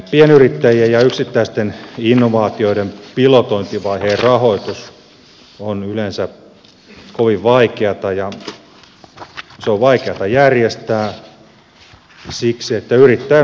pienyrittäjien ja yksittäisten innovaatioiden pilotointivaiheen rahoitus on yleensä kovin vaikeata ja se on vaikeata järjestää siksi että yrittäjän oma rahoitus ei riitä